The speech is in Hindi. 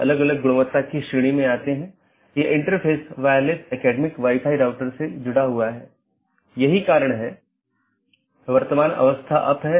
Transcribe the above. यदि तय अवधी के पूरे समय में सहकर्मी से कोई संदेश प्राप्त नहीं होता है तो मूल राउटर इसे त्रुटि मान लेता है